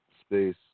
space